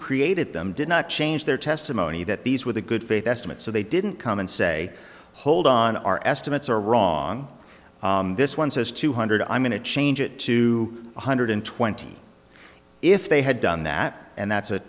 created them did not change their testimony that these were the good faith estimate so they didn't come and say hold on our estimates are wrong this one says two hundred i'm going to change it to one hundred twenty if they had done that and that's a